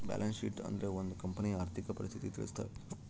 balance sheet ಅಂದ್ರೆ ಒಂದ್ ಕಂಪನಿಯ ಆರ್ಥಿಕ ಪರಿಸ್ಥಿತಿ ತಿಳಿಸ್ತವೆ